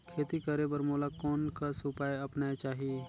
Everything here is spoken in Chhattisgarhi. खेती करे बर मोला कोन कस उपाय अपनाये चाही?